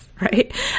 right